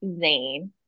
Zane